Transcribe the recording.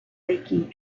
taken